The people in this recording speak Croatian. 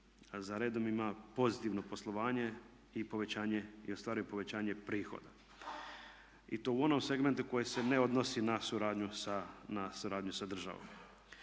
za redom ima pozitivno poslovanje i ostvaruje povećanje prihoda. I to u onom segmentu koji se ne odnosi na suradnju sa državom.